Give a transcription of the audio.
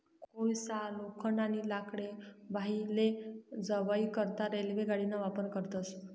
कोयसा, लोखंड, आणि लाकडे वाही लै जावाई करता रेल्वे गाडीना वापर करतस